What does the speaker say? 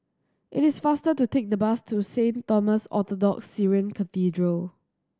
it is faster to take the bus to Saint Thomas Orthodox Syrian Cathedral